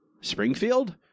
Springfield